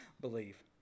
believe